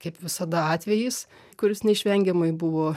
kaip visada atvejis kuris neišvengiamai buvo